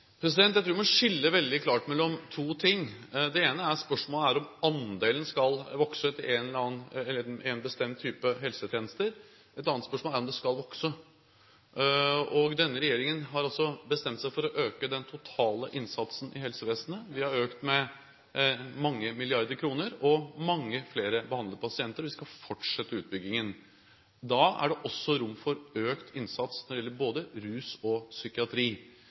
Jeg tror vi må skille veldig klart mellom to ting. Det ene er spørsmålet om andelen skal vokse for én bestemt type helsetjenester, et annet spørsmål er om det skal vokse. Denne regjeringen har altså bestemt seg for å øke den totale innsatsen i helsevesenet. Vi har økt med mange milliarder kroner og mange flere behandlede pasienter, og vi skal fortsette utbyggingen. Da er det også rom for økt innsats når det gjelder både rus og psykiatri.